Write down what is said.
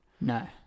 No